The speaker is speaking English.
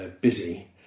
busy